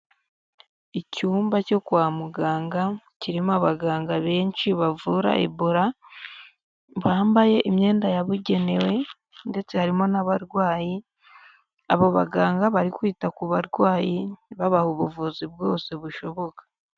Icyumba cyo kwa muganga kirimo abaganga benshi bavura Ebola, bambaye imyenda yabugenewe ndetse harimo n'abarwayi, abo baganga bari kwita ku barwayi babaha ubuvuzi bwose bushoboka.